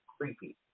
creepy